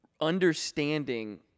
understanding